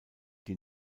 die